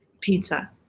pizza